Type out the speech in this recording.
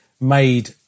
made